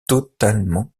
totalement